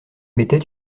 mettait